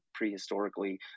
prehistorically